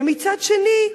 ומצד שני,